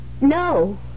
No